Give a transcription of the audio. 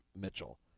Mitchell